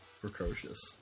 Precocious